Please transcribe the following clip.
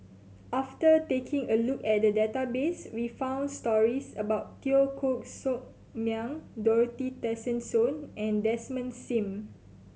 after taking a look at the database we found stories about Teo Koh Sock Miang Dorothy Tessensohn and Desmond Sim